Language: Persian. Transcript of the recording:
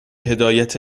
هدایت